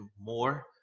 more